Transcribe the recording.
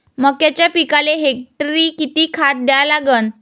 मक्याच्या पिकाले हेक्टरी किती खात द्या लागन?